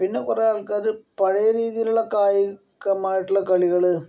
പിന്നെ കുറെ ആൾക്കാര് പഴയ രീതിയിലുള്ള കായികമായിട്ടുള്ള കളികള്